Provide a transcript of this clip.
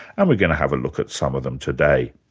and we're going to have a look at some of them today.